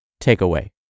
Takeaway